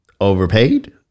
overpaid